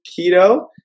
keto